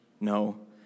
No